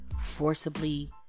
Forcibly